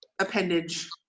appendage